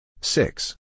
Six